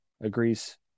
agrees